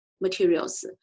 materials